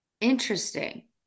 Interesting